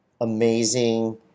amazing